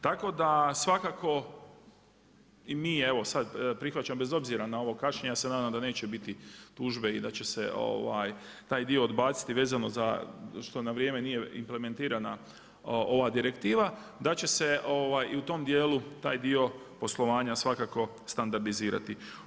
Tako da svakako i mi prihvaćamo bez obzira na ovo kašnjenje, ja se nadam da neće biti tužbe i da će se taj dio odbaciti vezano što na vrijeme nije implementirana ova direktiva, da će se i u tom dijelu taj dio poslovanja svakako standardizirati.